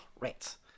rats